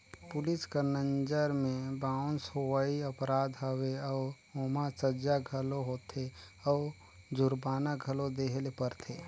police कर नंजर में बाउंस होवई अपराध हवे अउ ओम्हां सजा घलो होथे अउ जुरमाना घलो देहे ले परथे